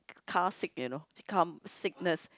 carsick you know become sickness